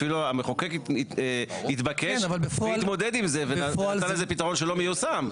אפילו המחוקק התבקש להתמודד עם זה ונתן לזה פתרון שלא מיושם.